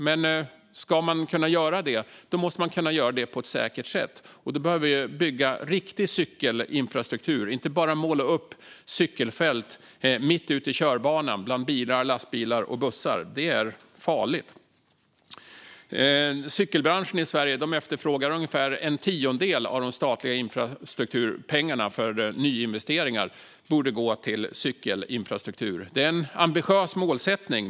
Men om man ska kunna göra det måste man kunna göra det på ett säkert sätt, och då behöver vi bygga riktig cykelinfrastruktur och inte bara måla upp cykelfält mitt ute i körbanan bland bilar, lastbilar och bussar. Det är farligt. Cykelbranschen i Sverige anser att ungefär en tiondel av de statliga infrastrukturpengarna för nyinvesteringar borde gå till cykelinfrastruktur. Det är en ambitiös målsättning.